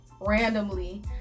randomly